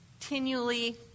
continually